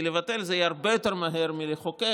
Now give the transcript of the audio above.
כי לבטל יהיה הרבה יותר מהר מלחוקק,